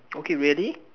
okay really